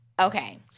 Okay